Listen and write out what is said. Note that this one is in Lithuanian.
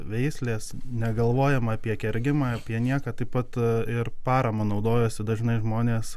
veislės negalvojama apie kergimą apie nieką taip pat ir paramą naudojosi dažnai žmonės